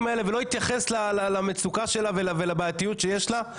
האלה ולא התייחס למצוקה שלה ולבעייתיות שיש לה.